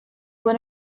when